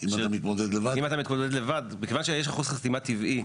בגלל שיש אחוז חסימה טבעי,